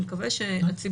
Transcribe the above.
אני מקווה שהציבור